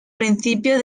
principio